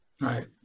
Right